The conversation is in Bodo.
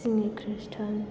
जोंनि ख्रिस्टान